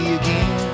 again